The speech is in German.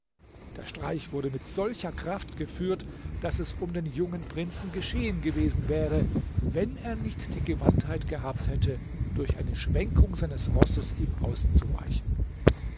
der streich wurde mit solcher kraft geführt daß es um den jungen prinzen geschehen gewesen wäre wenn er nicht die gewandtheit gehabt hätte durch eine schwenkung seines rosses ihm auszuweichen